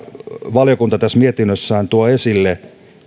valiokunta tässä mietinnössään tuo esille